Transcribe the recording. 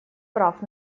прав